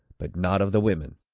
but not of the women.